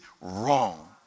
wrong